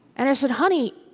and i said, honey,